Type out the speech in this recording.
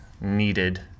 needed